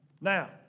Now